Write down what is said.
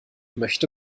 möchte